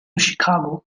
chicago